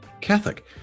Catholic